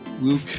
Luke